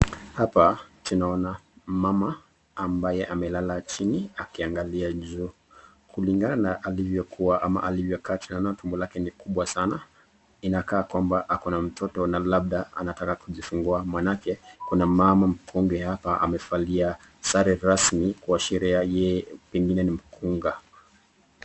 Hapa tunaona mama ambaye amelala chini akiangalia juu. Kulingana na alivyokuwa ama alivyokaa na tumbo lake ni kubwa sana, inakaa kwamba ako na mtoto na labda anataka kujifungua. Maanake kuna mama mkunga hapa amevalia sare rasmi kuashiria yeye pengine ni mkunga.